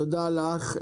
תודה לך.